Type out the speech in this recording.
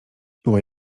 była